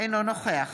אינו נוכח